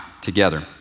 together